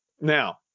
now